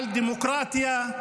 על דמוקרטיה,